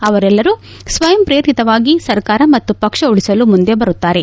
ಅವರೆಲ್ಲರು ಸ್ವಯಂ ಪ್ರೇರಿತವಾಗಿ ಸರ್ಕಾರ ಮತ್ತು ಪಕ್ಷ ಉಳಿಸಲು ಮುಂದೆ ಬರುತ್ತಾರೆ